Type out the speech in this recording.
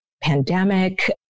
pandemic